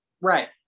Right